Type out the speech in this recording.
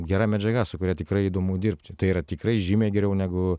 gera medžiaga su kuria tikrai įdomu dirbti tai yra tikrai žymiai geriau negu